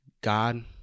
God